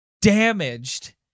damaged